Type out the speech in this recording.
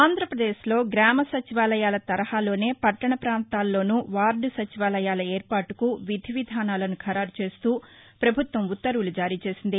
ఆంధ్రప్రదేశ్ లో గ్రామ సచివాలయాల తరహాలోనే పట్టణ ప్రాంతాల్లోనూ వార్దు సచివాలయాల ఏర్పాటుకు విధివిధానాలను ఖరారు చేస్తూ పభుత్వం ఉత్తర్వులు జారీ చేసింది